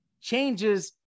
changes